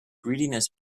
greediness